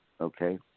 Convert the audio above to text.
Okay